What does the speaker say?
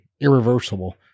irreversible